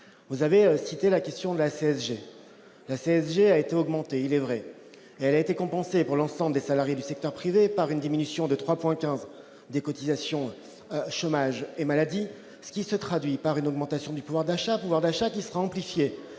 vous avez cité la question de la CSG, la CSG a été augmenté, il est vrai, elle a été compensée pour l'ensemble des salariés du secteur privé, par une diminution de 3,15 des cotisations chômage et maladie, ce qui se traduit par une augmentation du pouvoir d'achat, pouvoir d'achat qui sera amplifiée